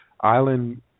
island